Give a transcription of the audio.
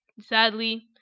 sadly